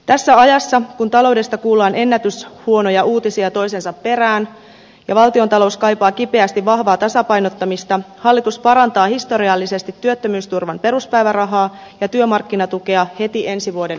tässä ajassa kun taloudesta kuullaan ennätyshuonoja uutisia toisensa perään ja valtiontalous kaipaa kipeästi vahvaa tasapainottamista hallitus parantaa historiallisesti työttömyysturvan peruspäivärahaa ja työmarkkinatukea heti ensi vuoden alusta